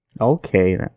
Okay